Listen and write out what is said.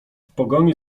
pogoni